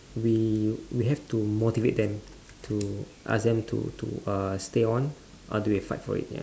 we we have to moderate them to ask them to to uh stay on how do we fight for it ya